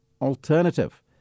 alternative